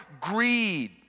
greed